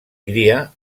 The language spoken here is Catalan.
cria